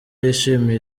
yishimiye